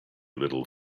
little